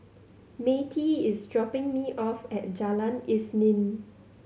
Matie is dropping me off at Jalan Isnin